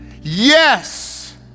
yes